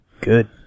good